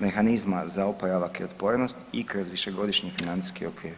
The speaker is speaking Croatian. Mehanizma za oporavak i otpornost i kroz Višegodišnji financijski okvir.